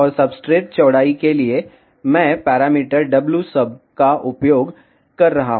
और सब्सट्रेट चौड़ाई के लिए मैं पैरामीटर wsub का उपयोग कर रहा हूं